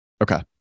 Okay